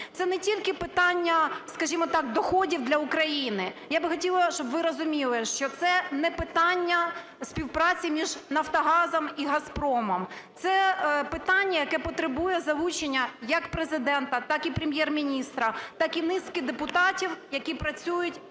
Це не тільки питання, скажімо так, доходів для України. Я би хотіла, щоб ви розуміли, що це не питання співпраці між "Нафтогазом" і "Газпромом". Це питання, яке потребує залучення як Президента, так і Прем'єр-міністра, так і низки депутатів, які працюють